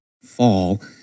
fall